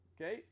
okay